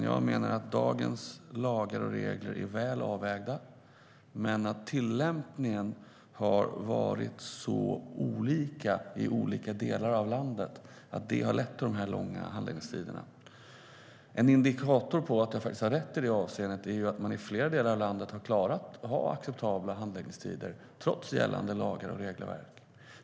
Jag menar att dagens lagar och regler är väl avvägda, men tillämpningen har varit olika i olika delar av landet, vilket lett till de långa handläggningstiderna. En indikator på att jag har rätt i det avseendet är att man i flera delar av landet klarat av att ha acceptabla handläggningstider trots gällande lagar och regelverk.